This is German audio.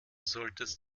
solltest